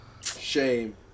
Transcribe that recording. Shame